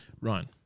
Ryan